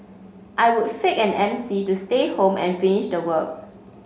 I would fake an M C to stay home and finish the work